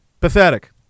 Pathetic